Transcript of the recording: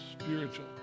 spiritual